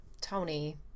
tony